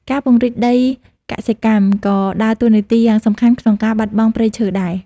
ការពង្រីក ដីកសិកម្ម ក៏ដើរតួនាទីយ៉ាងសំខាន់ក្នុងការបាត់បង់ព្រៃឈើដែរ។